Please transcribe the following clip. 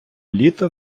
літа